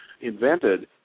Invented